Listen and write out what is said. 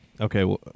Okay